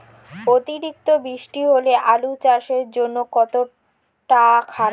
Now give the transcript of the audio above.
অতিরিক্ত বৃষ্টি হলে আলু চাষের জন্য কতটা খারাপ?